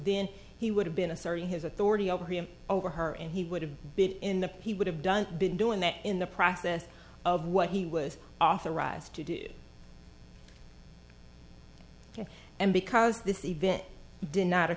then he would have been asserting his authority over him over her and he would have been in the p would have done been doing that in the process of what he was authorized to do and because this event did not